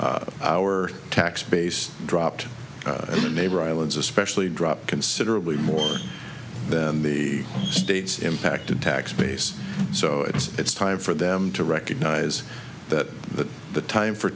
our tax base dropped the neighbor islands especially drop considerably more than the state's impacted tax base so it's time for them to recognize that that the time for